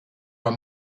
are